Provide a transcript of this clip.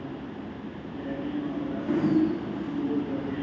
kachori